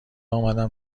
آمدم